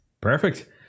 Perfect